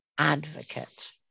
advocate